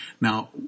Now